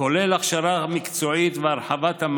כמו שהיה במתווה הזה שמדבר על, אולי,